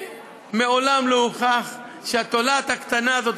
שמעולם לא הוכח שהתולעת הקטנה הזו,